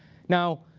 now,